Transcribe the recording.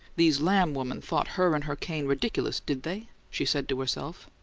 these lamb women thought her and her cane ridiculous, did they? she said to herself.